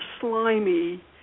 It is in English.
slimy